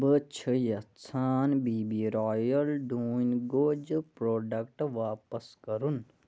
بہٕ چھُ یَژھان بی بی رایل ڈوٗنۍ گوجہِ پرٛوڈکٹہٕ واپَس کَرُن